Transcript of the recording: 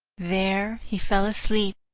there he fell asleep,